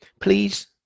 please